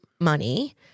money